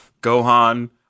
Gohan